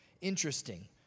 Interesting